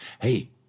Hey